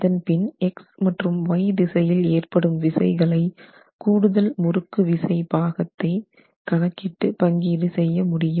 அதன் பின் X மற்றும் Y திசையில் ஏற்படும் விசைகளை கூடுதல் முறுக்கு விசை பாகத்தை கணக்கிட்டு பங்கீடு செய்ய முடியும்